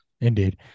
indeed